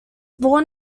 born